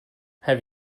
have